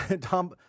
Tom